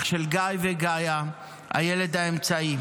אח של גל וגאיה, הילד האמצעי.